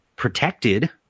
Protected